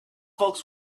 folks